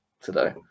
today